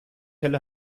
helle